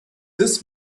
this